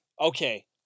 Okay